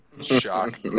Shock